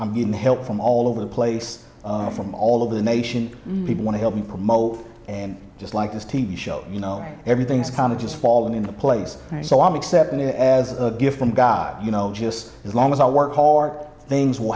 i'm getting help from all over the place from all over the nation people want to help me promote and just like this t v show you know everything's kind of just fall into place so i'm except me as a gift from god you know just as long as i work hard things will